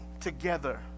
together